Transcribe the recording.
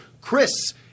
Chris